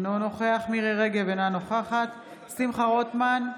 אינו נוכח מירי מרים רגב, אינה נוכחת שמחה רוטמן,